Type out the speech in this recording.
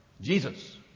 Jesus